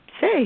say